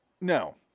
No